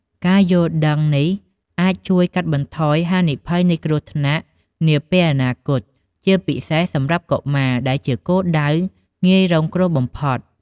ការយល់ដឹងនេះអាចជួយកាត់បន្ថយហានិភ័យនៃគ្រោះថ្នាក់នាពេលអនាគត ជាពិសេសសម្រាប់កុមារ ដែលជាគោលដៅងាយរងគ្រោះបំផុត។